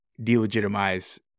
delegitimize